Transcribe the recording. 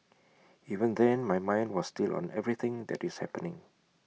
even then my mind was still on everything that is happening